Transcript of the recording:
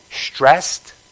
stressed